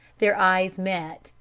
their eyes met,